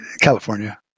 California